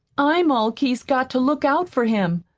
i'm all keith's got to look out for him.